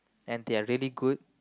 and they're really good